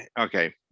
okay